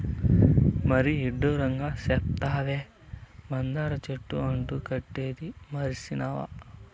మరీ ఇడ్డూరంగా సెప్తావే, మందార చెట్టు అంటు కట్టేదీ మర్సినావా